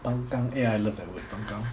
pang kang eh I love that word pang kang